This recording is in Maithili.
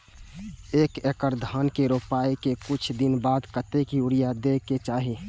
एक एकड़ धान के रोपाई के कुछ दिन बाद कतेक यूरिया दे के चाही?